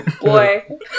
Boy